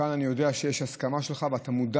כאן אני יודע שיש הסכמה שלך ואתה מודע